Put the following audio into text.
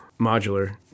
modular